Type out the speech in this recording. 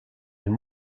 and